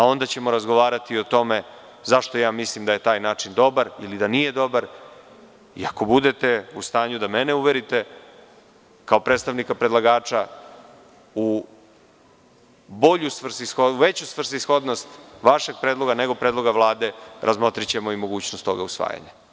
Onda ćemo razgovarati o tome, zašto ja mislim da je taj način dobar, ili da nije dobar, i ako budete u stanju da mene uverite, kao predstavnika predlagača u bolju svrsishodnost, vašeg predloga, nego predloga Vlade, razmotrićemo i mogućnost tog usvajanja.